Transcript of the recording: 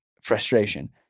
frustration